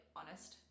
honest